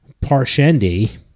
Parshendi